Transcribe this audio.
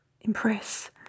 impress